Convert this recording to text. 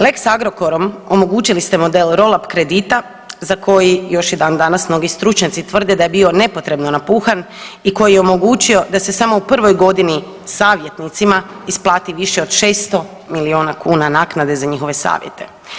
Lex Agrokorom omogućili ste model rool up kredita za koji još i dan danas mnogi stručnjaci tvrde da je bio nepotrebno napuhan i koji je omogućio da se samo u prvoj godini savjetnicima isplati više od 600 milijuna kuna naknade za njihove savjete.